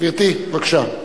גברתי, בבקשה.